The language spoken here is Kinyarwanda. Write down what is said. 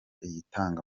yitanga